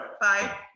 bye